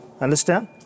Understand